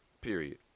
period